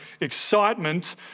excitement